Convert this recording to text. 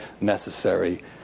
necessary